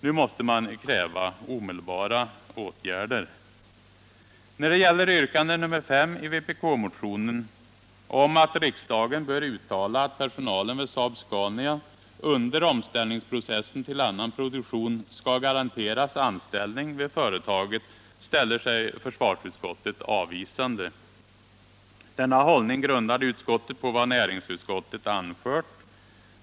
Nu måste man kräva omedelbara åtgärder, När det gäller yrkande nr 5 i vpk-motionen, om att riksdagen bör uttala att personalen vid Saab-Scania under omställningen till annan produktion skall garanteras anställning vid företaget, ställer sig försvarsutskottet avvisande, Denna hållning grundar utskottet på vad näringsutskottet anfört.